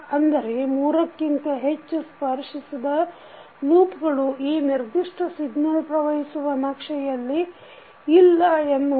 ಅಂದರೆ ಮೂರಕ್ಕಿಂತ ಹೆಚ್ಚು ಸ್ಪರ್ಶಿಸದ ಲೂಪ್ಗಳು ಈ ನಿರ್ದಿಷ್ಟ ಸಿಗ್ನಲ್ ಪ್ರವಹಿಸುವ ನಕ್ಷೆಯಲ್ಲಿ ಇಲ್ಲ ಎನ್ನುವುದು